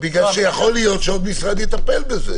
בגלל שיכול להיות שעוד משרד יטפל בזה.